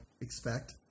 expect